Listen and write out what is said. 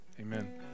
Amen